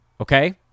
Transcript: Okay